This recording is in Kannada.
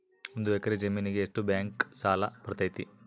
ಒಂದು ಎಕರೆ ಜಮೇನಿಗೆ ಎಷ್ಟು ಬ್ಯಾಂಕ್ ಸಾಲ ಬರ್ತೈತೆ?